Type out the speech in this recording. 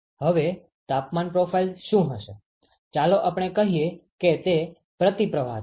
હવે તાપમાન પ્રોફાઈલ શું હશે ચાલો આપણે કહીએ કે તે પ્રતિપ્રવાહ છે